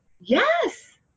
Yes